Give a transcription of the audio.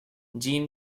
jean